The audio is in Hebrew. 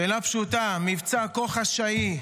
שאלה פשוטה: מבצע כה חשאי,